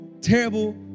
terrible